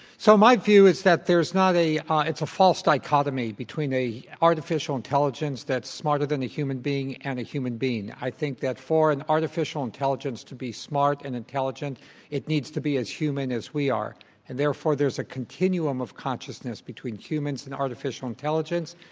so my view is that there's not a it's a false dichotomy between an artificial intelligence that's smarter than a human being and a human being. i think that for an artificial intelligence to be smart and intelligent it needs to be as human as we are and therefore there's a continuum of consciousness between humans and artificial intelligence.